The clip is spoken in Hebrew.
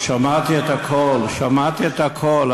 שמעתי את הכול, שמעתי את הכול.